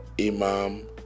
Imam